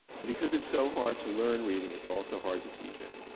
and because it's so hard to learn reading, it's also hard to teach it.